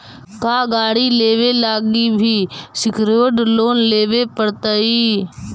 का गाड़ी लेबे लागी भी सेक्योर्ड लोन लेबे पड़तई?